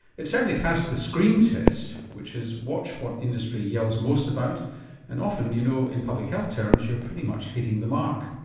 it certainly passed the scream test, which is watch what industry yells most about and often you know in public health terms, you're pretty much hitting the mark.